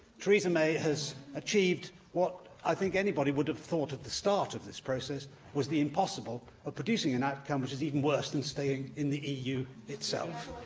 theresa may has achieved what i think anybody would have thought at the start of this process was the impossible of producing an outcome that is even worse than staying in the eu itself.